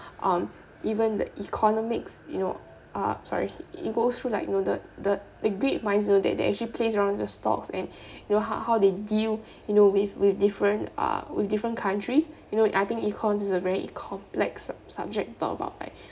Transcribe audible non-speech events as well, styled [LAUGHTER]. um even the economics you know uh sorry it goes through you know like th~ the great that that actually plays around the stocks and [BREATH] you know how how they deal you know with with different uh with different countries you know I think econs is a very complex sub~ subject to talk about like